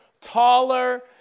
taller